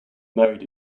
married